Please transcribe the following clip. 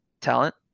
talent